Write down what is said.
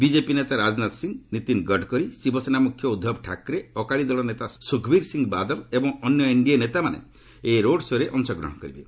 BJP ନେତା ରାଜନାଥ ସିଂହ ନୀତିନ ଗଡ଼କରୀ ଶିବସେବା ମୁଖ୍ୟ ଉଦ୍ଧବ ଠାକରେ ଅକାଳୀ ଦଳ ନେତା ସୁଖିବୀର ସିଂହ ବାଦଲ ଏବଂ ଅନ୍ୟ ଏନ୍ଡିଏ ନେତାମାନେ ଏହି ରୋଡ୍ ଶୋ'ରେ ଅଂଶଗ୍ରହଣ କରିବେ